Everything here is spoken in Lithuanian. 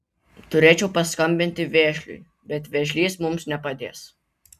turėčiau paskambinti vėžliui bet vėžlys mums nepadės